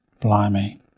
blimey